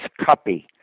cuppy